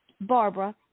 Barbara